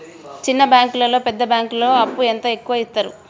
చిన్న బ్యాంకులలో పెద్ద బ్యాంకులో అప్పు ఎంత ఎక్కువ యిత్తరు?